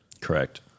Correct